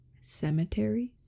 cemeteries